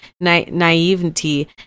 naivety